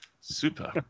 Super